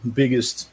biggest